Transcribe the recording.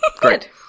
great